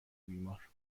بیمار